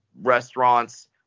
restaurants